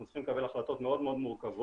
צריכים לקבל החלטות מאוד מאוד מורכבות,